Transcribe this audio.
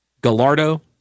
Gallardo